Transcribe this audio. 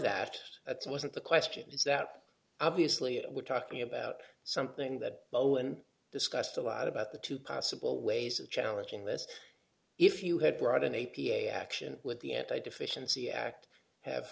that's wasn't the question is that obviously we're talking about something that bowen discussed a lot about the two possible ways of challenging this if you had brought an a p a action with the anti deficiency act have